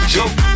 Jump